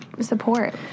support